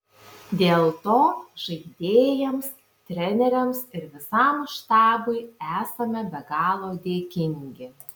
dėl to žaidėjams treneriams ir visam štabui esame be galo dėkingi